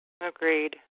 Agreed